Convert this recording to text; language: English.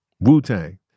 Wu-Tang